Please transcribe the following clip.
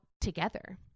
together